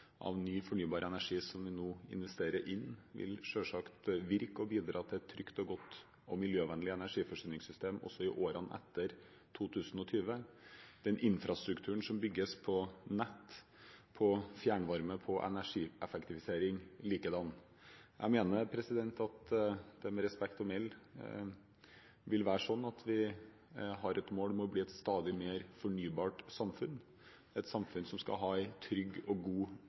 av ny fornybar energi som vi nå investerer inn, vil selvsagt virke og bidra til et trygt og godt og miljøvennlig energiforsyningssystem også i årene etter 2020 – den infrastrukturen som bygges på nett, på fjernvarme og på energieffektivisering likedan. Jeg mener med respekt å melde at vi har et mål om å bli et stadig mer fornybart samfunn, et samfunn som skal ha en trygg og god